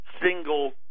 single